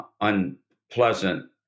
unpleasant